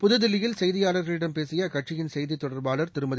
புதுதில்லியில் செய்தியாளர்களிடம் பேசிய அக்கட்சியின் செய்தித் தொடர்பாளர் திருமதி